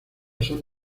son